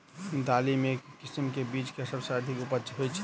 दालि मे केँ किसिम केँ बीज केँ सबसँ अधिक उपज होए छै?